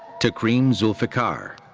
takreem zulfiqar.